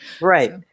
right